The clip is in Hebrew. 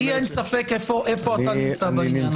לי אין ספק איפה אתה נמצא בעניין הזה.